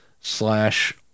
slash